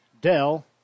Dell